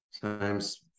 times